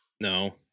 No